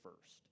first